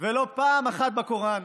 ולא פעם אחת, בקוראן.